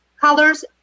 Colors